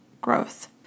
growth